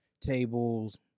tables